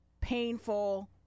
painful